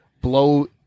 blow